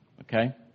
okay